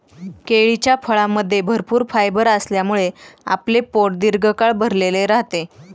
केळीच्या फळामध्ये भरपूर फायबर असल्यामुळे आपले पोट दीर्घकाळ भरलेले राहते